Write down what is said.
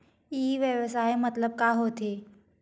ई व्यवसाय मतलब का होथे?